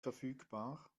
verfügbar